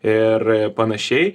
ir panašiai